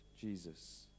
Jesus